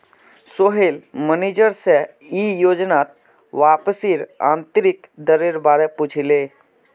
Sohail manager से ई योजनात वापसीर आंतरिक दरेर बारे पुछले